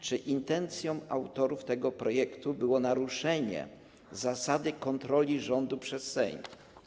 Czy intencją autorów tego projektu było naruszenie zasady kontroli rządu przez Sejm?